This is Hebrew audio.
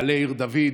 מעלה עיר דוד,